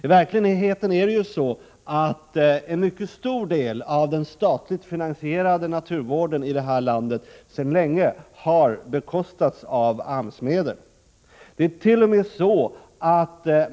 I verkligheten är det ju så att en mycket stor del av den statligt finansierade naturvården i vårt land sedan länge har bekostats av AMS-medel. Man hart.o.m.